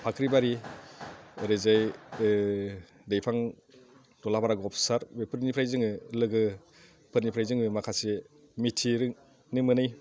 फाख्रिबारि ओरैजाय दैफां दलाबारा गबसार बेफोरनिफ्राय जोङो लोगोफोरनिफ्राय जोङो माखासे मिथिनो मोनै